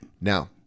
Now